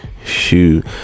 shoot